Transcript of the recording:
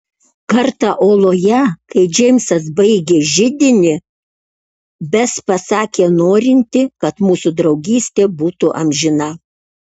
kartą oloje kai džeimsas baigė židinį bes pasakė norinti kad mūsų draugystė būtų amžina